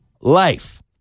life